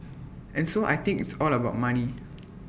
and so I think it's all about money